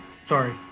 Sorry